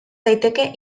daiteke